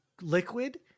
liquid